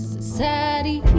Society